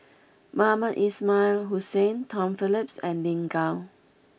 Mohamed Ismail Hussain Tom Phillips and Lin Gao